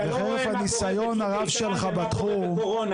אתה לא רואה מה קורה --- ומה קורה בקורונה.